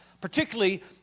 particularly